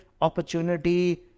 opportunity